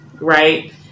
right